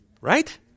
Right